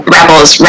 Rebels